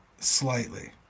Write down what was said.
slightly